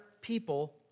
people